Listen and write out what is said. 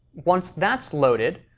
once that's loaded,